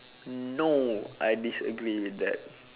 no I disagree with that